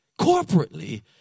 corporately